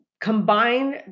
combine